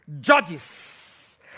judges